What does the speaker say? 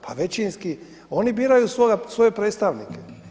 Pa većinski, oni biraju svoje predstavnike.